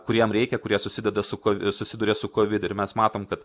kuriem reikia kurie susideda su ko susiduria su kovid ir mes matom kad